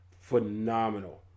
phenomenal